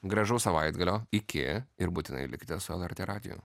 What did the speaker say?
gražaus savaitgalio iki ir būtinai likite su lrt radiju